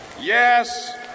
yes